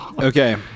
Okay